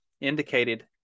indicated